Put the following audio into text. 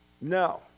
No